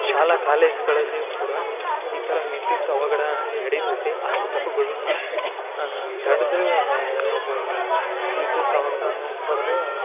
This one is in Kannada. ಶಾಲಾ ಕಾಲೇಜುಗಳಲ್ಲಿ ಕೂಡ ಈ ಥರ ವಿದ್ಯುತ್ ಅವಘಡ ನಡಿತೈತಿ ಅಂಥವುಗಳನ್ನು ತಡ್ದು ನಾವು ವಿದ್ಯುತ್ ಅವಘಡವನ್ನು ತಡೆದು